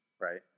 right